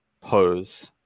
pose